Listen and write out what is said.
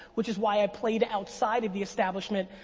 which is why i played outside of the establishment,